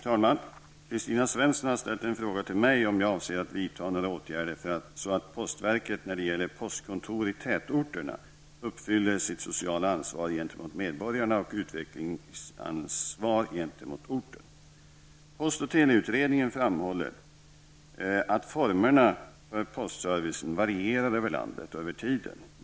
Herr talman! Kristina Svensson har ställt en fråga till mig om jag avser att vidta några åtgärder så att postverket när det gäller postkontor i tätorter uppfyller sitt sociala ansvar gentemot medborgarna och utvecklingsansvar gentemot orten. Post och teleutredningen framhåller att formerna för postservicen varierar över landet och över tiden.